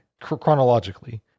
chronologically